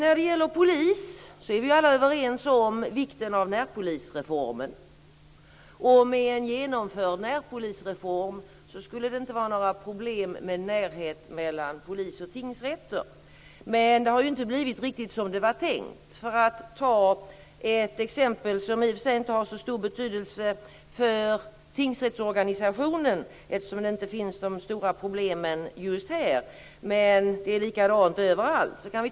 Vi är alla överens om vikten av närpolisreformen. Med en genomförd närpolisreform skulle det inte vara några problem med närhet mellan polis och tingsrätter. Men det har ju inte blivit riktigt som det var tänkt. Vi kan ta Stockholms län som exempel. Det har i och för sig inte så stor betydelse för tingsrättsorganisationen eftersom de stora problemen inte finns just här, men det är likadant överallt.